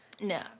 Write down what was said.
No